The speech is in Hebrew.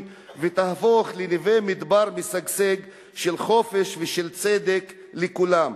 ותהפוך לנווה מדבר משגשג של חופש ושל צדק לכולם.